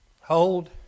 hold